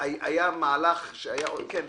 היה מהלך כן,